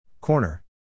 Corner